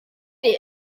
byd